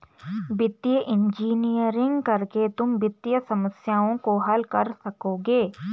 वित्तीय इंजीनियरिंग करके तुम वित्तीय समस्याओं को हल कर सकोगे